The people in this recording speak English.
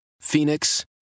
phoenix